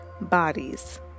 bodies